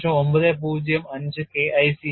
905 K IC യാണ്